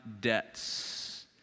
debts